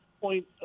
point